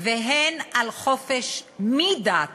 והן על חופש מדת